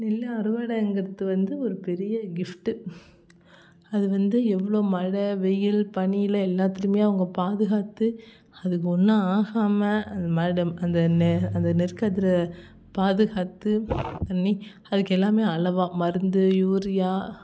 நெல் அறுவடைங்கறது வந்து ஒரு பெரிய கிஃப்ட்டு அது வந்து எவ்வளோ மழை வெயில் பனியில் எல்லாத்துலேயுமே அவங்க பாதுகாத்து அதுக்கு ஒன்றும் ஆகாமல் அந்த மழை டைம் அந்த நெ அந்த நெற்கதிரை பாதுகாத்து பண்ணி அதுக்கு எல்லாமே அளவாக மருந்து யூரியா